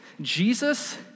Jesus